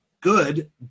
good